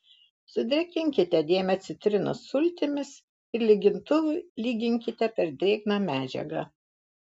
sudrėkinkite dėmę citrinos sultimis ir lygintuvu lyginkite per drėgną medžiagą